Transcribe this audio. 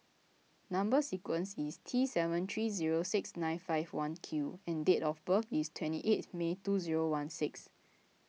Number Sequence is T seven three zero six nine five one Q and date of birth is twenty eighth May twenty sixteen